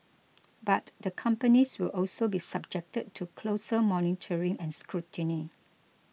but the companies will also be subjected to closer monitoring and scrutiny